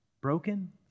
broken